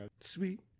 sweet